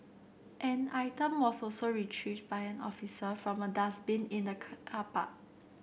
an item was also retrieved by an officer from a dustbin in the park